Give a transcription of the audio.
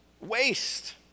waste